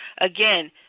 again